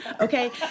okay